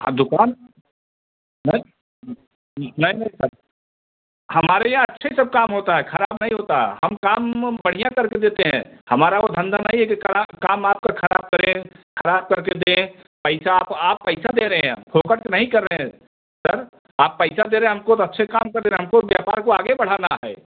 अब दुकान नहीं नहीं नहीं सर हमारे यहाँ अच्छा ही सब काम होता है ख़राब नहीं होता हम काम उम बढ़िया करके देते हैं हमारा वह धंधा नहीं है कि ख़राब काम आपका ख़राब करें ख़राब करके दें पैसा आप आप पैसा दे रहे हैं फोकट का नहीं कर रहे हैं सर आप पैसा दे रहे हैं हमको तो अच्छे काम का दे रहे हैं हमको व्यापार को आगे बढ़ाना है